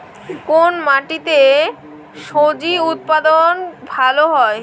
কোন মাটিতে স্বজি উৎপাদন ভালো হয়?